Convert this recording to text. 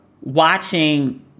watching